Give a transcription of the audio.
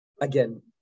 again